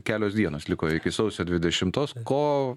kelios dienos liko iki sausio dvidešimtos o